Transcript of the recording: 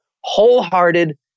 wholehearted